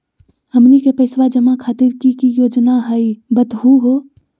हमनी के पैसवा जमा खातीर की की योजना हई बतहु हो?